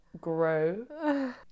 grow